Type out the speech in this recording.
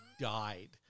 died